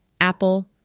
Apple